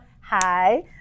hi